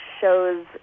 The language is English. shows